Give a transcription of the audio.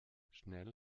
schnell